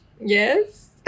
yes